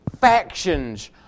factions